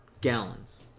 gallons